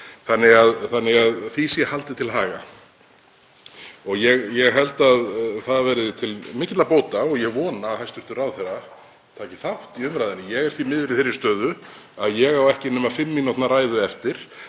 þannig að því sé haldið til haga. Ég held að það verði til mikilla bóta og ég vona að hæstv. ráðherra taki þátt í umræðunni. Ég er því miður í þeirri stöðu að ég á ekki nema eina fimm mínútna ræðu eftir